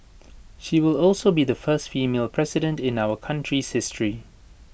she will also be the first female president in our country's history